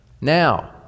Now